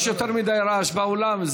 יש יותר מדי רעש באולם.